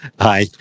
Hi